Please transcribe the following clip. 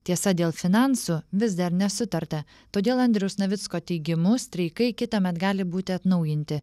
tiesa dėl finansų vis dar nesutarta todėl andriaus navicko teigimu streikai kitąmet gali būti atnaujinti